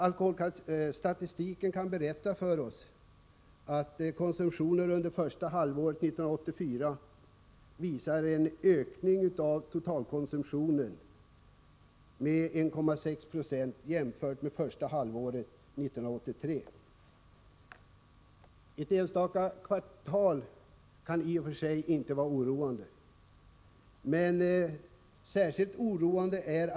Alkoholstatistiken kan berätta för oss att konsumtionen under första halvåret 1984 visar en ökning av totalkonsumtionen med 1,6 90 jämfört med första halvåret 1983. Särskilt oroande är att spritkonsumtionen har ökat under andra kvartalet 1984.